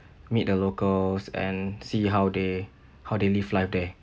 meet the locals and see how they how they live life there